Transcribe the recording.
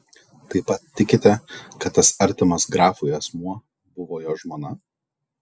taip pat tikite kad tas artimas grafui asmuo buvo jo žmona